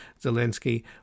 Zelensky